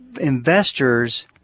investors